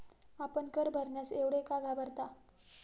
आपण कर भरण्यास एवढे का घाबरता?